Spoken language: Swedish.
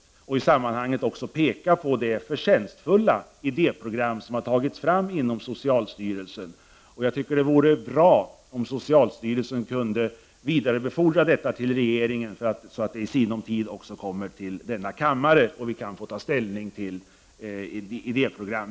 Jag vill i sammanhanget också visa på det förtjänstfulla idéprogram som tagits fram inom socialstyrelsen. Det vore bra om socialstyrelsen kunde vidarebefordra detta till regeringen så att det i sinom tid också kommer till denna kammare så att vi kan få ta ställning till detta idéprogram.